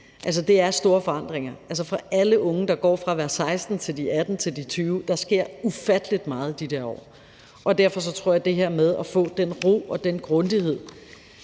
få. Det er store forandringer; for alle unge, der går fra at være 16 til 18 til 20 år, sker der ufattelig meget de der år. Derfor tror jeg, at det her med at få den ro og den grundighed